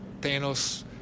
Thanos